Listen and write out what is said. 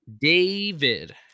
David